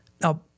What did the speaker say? Now